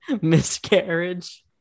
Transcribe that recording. Miscarriage